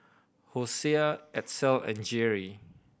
Hosea Edsel and Geary